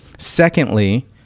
Secondly